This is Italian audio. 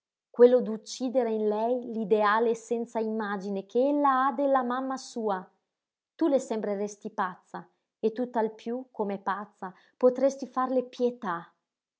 quello d'uccidere in lei l'ideale senza imagine che ella ha della mamma sua tu le sembreresti pazza e tutt'al piú come pazza potresti farle pietà